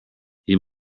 you